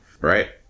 right